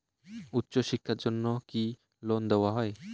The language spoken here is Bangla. উচ্চশিক্ষার জন্য কি লোন দেওয়া হয়?